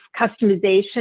customization